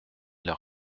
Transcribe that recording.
leur